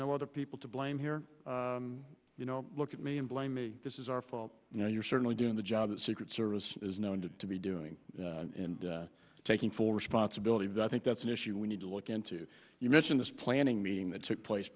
no other people to blame here you know look at me and blame me this is our fault you know you're certainly doing the job the secret service is known to be doing and taking full responsibility that i think that's an issue we need to look into your mission this planning meeting that took place